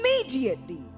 Immediately